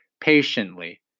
patiently